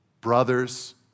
brothers